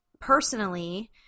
personally